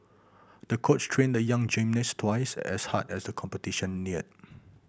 the coach trained the young gymnast twice as hard as the competition neared